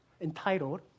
entitled